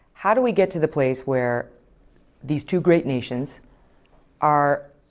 how do we get to the place where these two great nations are